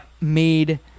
made